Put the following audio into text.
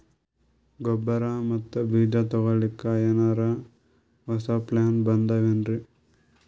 ಗೊಬ್ಬರ ಮತ್ತ ಬೀಜ ತೊಗೊಲಿಕ್ಕ ಎನರೆ ಹೊಸಾ ಪ್ಲಾನ ಬಂದಾವೆನ್ರಿ?